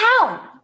town